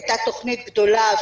הייתה תכנית גדולה,